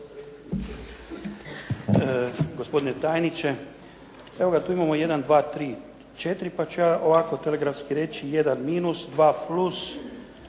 Hvala.